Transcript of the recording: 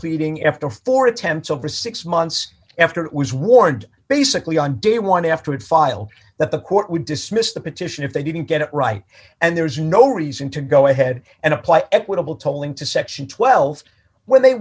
pleading after four attempts over six months after it was warned basically on day one afterward file that the court would dismiss the petition if they didn't get it right and there's no reason to go ahead and apply equitable tolling to section twelve where they